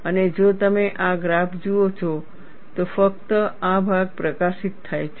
અને જો તમે આ ગ્રાફ જુઓ છો તો ફક્ત આ ભાગ પ્રકાશિત થાય છે